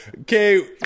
okay